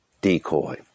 decoy